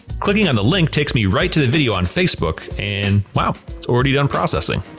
clicking on the link takes me right to the video on facebook and wow it's already done processing.